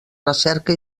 recerca